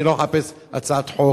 אני לא מחפש הצעת חוק,